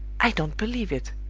i don't believe it!